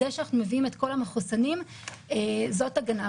זה שאנחנו מביאים את כל המחוסנים זאת הגנה.